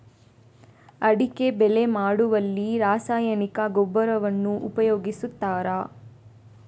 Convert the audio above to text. ಅಡಿಕೆ ಬೆಳೆ ಮಾಡುವಲ್ಲಿ ರಾಸಾಯನಿಕ ಗೊಬ್ಬರವನ್ನು ಉಪಯೋಗಿಸ್ತಾರ?